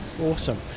Awesome